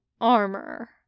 armor